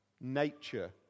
nature